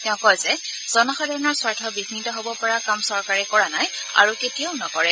তেওঁ কয় যে জনসাধাৰণৰ স্বাৰ্থ বিয়িত হব পৰা কাম চৰকাৰে কৰা নাই আৰু কেতিয়াও নকৰে